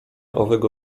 owego